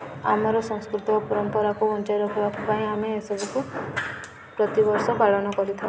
ଆମର ସଂସ୍କୃତି ଓ ପରମ୍ପରାକୁ ବଞ୍ଚାଇ ରଖିବାକୁ ପାଇଁ ଆମେ ଏସବୁକୁ ପ୍ରତିବର୍ଷ ପାଳନ କରିଥାଉ